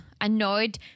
annoyed